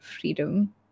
freedom